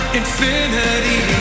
infinity